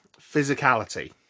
physicality